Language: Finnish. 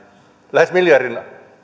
lähes miljardin